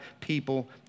people